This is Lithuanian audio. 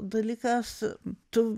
dalykas tu